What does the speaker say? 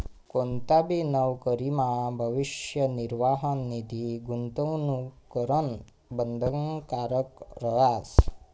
कोणताबी नवकरीमा भविष्य निर्वाह निधी गूंतवणूक करणं बंधनकारक रहास